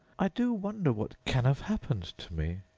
i do wonder what can have happened to me!